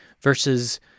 Versus